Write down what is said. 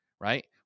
right